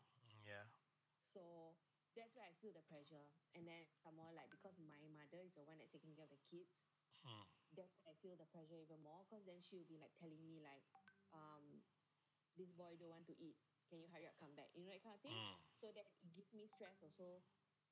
yeah (uh huh) (uh huh)